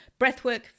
Breathwork